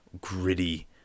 gritty